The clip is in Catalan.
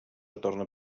retorna